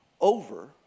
over